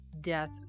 death